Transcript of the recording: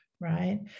right